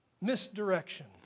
Misdirection